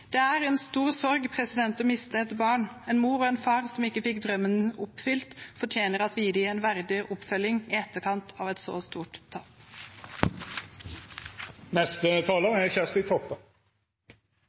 Det er en stor sorg å miste et barn. En mor og en far som ikke fikk drømmen oppfylt, fortjener at vi gir dem en verdig oppfølging i etterkant av et så stort tap.